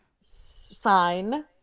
sign